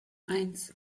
eins